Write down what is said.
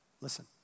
Listen